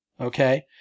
Okay